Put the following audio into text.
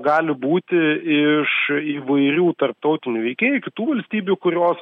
gali būti iš įvairių tarptautinių veikėjų kitų valstybių kurios